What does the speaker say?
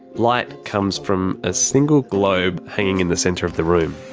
light comes from a single globe hanging in the centre of the room.